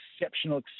exceptional